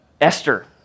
Esther